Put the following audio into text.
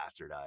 bastardized